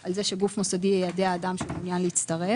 על כך שגוף מוסדי יידע אדם שמעוניין להצטרף